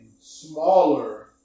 smaller